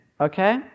okay